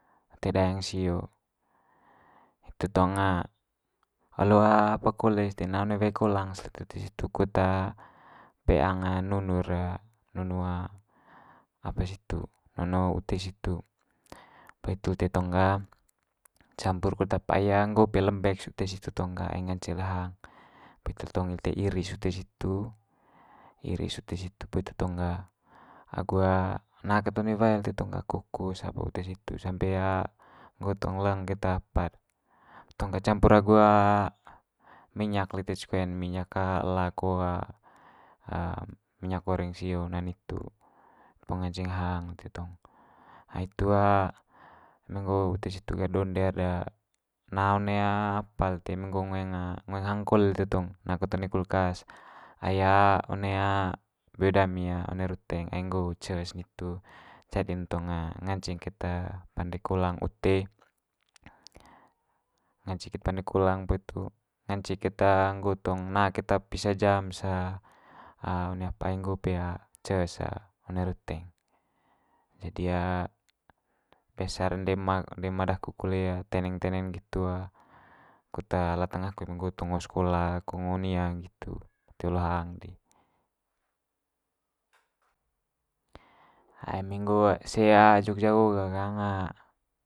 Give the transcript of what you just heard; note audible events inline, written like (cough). Ute daeng sio, hitu tong olo apa kole's lite na one wae kolang lite ute situ kut peang nunu'r nunu apa situ nunu ute situ. Poli hitu lite tong ga campur kut apa ai nggo pe lembek's ute situ tong ga ngance le hang. Poli itu tong ite iris ute situ, iris ute situ poli itu tong ga agu na kat one wae lite tong ga kukus apa ute situ sampe nggo tong leng keta apa'd. (unintelligible) tongcampur agu minyak lite ce koen minyak ela ko (hesitation) minyak goreng sio na nitu, po nganceng hang lite tong. Ai hitu eme nggo ute situ donde'r na one apa lite eme ngoeng ngoeng hang kole lite tong, na ket one kulkas. Ai one beo dami one ruteng ai nggo ces nitu jadi'n tong nganceng ket pande kolang ute ngance ket pande kolang poli itu ngance keta nggo tong na keta pisa jam's (hesitation) one apa ai nggo pe ces one ruteng. Jadi biasa'r ende ema ende ema daku kole teneng teneng nggitu kut latang aku eme nggo tong ngo sekola ko ngo nia nggitu (unintelligible) olong hang di. (noise) eme nggo se jogja gho ga ghang.